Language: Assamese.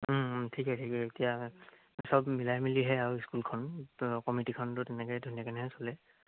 ঠিকে ঠিকেই এতিয়া চব মিলাই মিলিহে আৰু স্কুলখন তোৰ কমিটিখনটো তেনেকৈয়ে ধুনীয়াকেনেই চলে